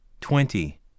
twenty